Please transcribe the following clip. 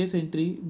entry